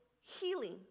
healing